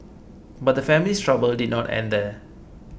but the family's trouble did not end there